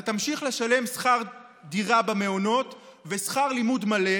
אתה תמשיך לשלם שכר דירה במעונות ושכר לימוד מלא,